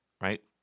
right